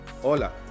Hola